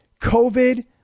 covid